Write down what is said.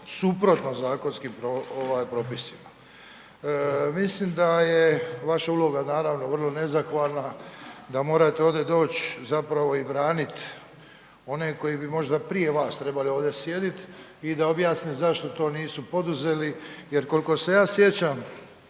suprotno zakonskim propisima. Mislim da je vaša uloga naravno vrlo nezahvalna, da morate ovdje doć zapravo i branit one koji bi možda prije vas trebali ovdje sjedit i da objasne zašto to nisu poduzeli jer koliko se ja sjećam,